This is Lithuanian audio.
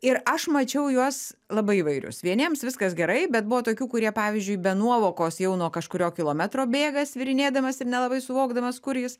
ir aš mačiau juos labai įvairius vieniems viskas gerai bet buvo tokių kurie pavyzdžiui be nuovokos jau nuo kažkurio kilometro bėga svyrinėdamas ir nelabai suvokdamas kur jis